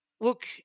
look